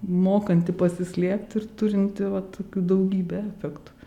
mokanti pasislėpt ir turinti va tokių daugybę efektų